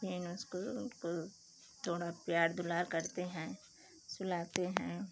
फिर उसको उसको थोड़ा प्यार दुलार करते हैं सुलाते हैं